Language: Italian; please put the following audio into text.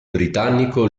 britannico